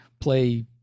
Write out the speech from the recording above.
play